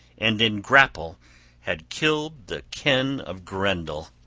and in grapple had killed the kin of grendel,